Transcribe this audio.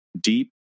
deep